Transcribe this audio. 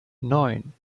neun